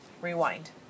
Rewind